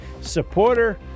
supporter